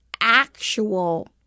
actual